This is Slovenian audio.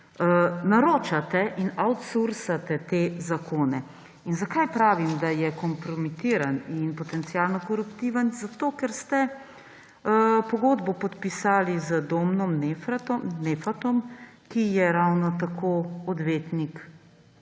naročate in outsourcate te zakone. In zakaj pravim, da je kompromitiran in potencialno koruptiven? Zato, ker ste pogodbo podpisali z Domnom Neffatom, ki je ravno tako odvetnik